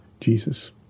Jesus